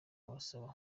babasaba